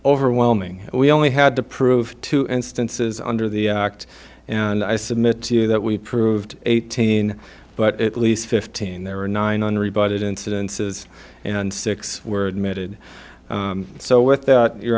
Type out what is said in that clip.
overwhelming we only had to prove two instances under the act and i submit to you that we proved eighteen but at least fifteen there were nine unrebutted incidences and six were admitted so with that you